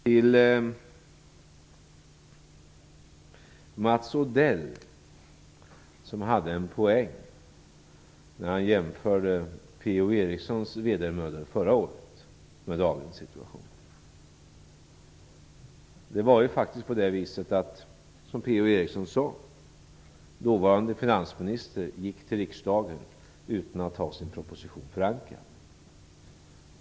Till Mats Odell, som hade en poäng när han jämförde P-O Erikssons vedermödor förra året med dagens situation: Det var ju faktiskt så, som P-O Eriksson sade, att dåvarande finansministern gick till riksdagen utan att ha sin proposition förankrad.